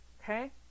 Okay